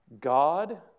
God